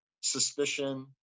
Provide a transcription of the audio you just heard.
suspicion